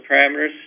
parameters